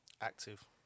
Active